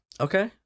Okay